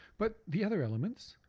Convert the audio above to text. but the other elements